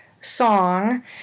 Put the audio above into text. song